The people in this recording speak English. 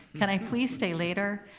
can i please stay later?